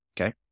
Okay